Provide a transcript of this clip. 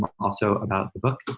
also about the book.